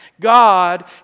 God